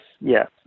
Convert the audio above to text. yes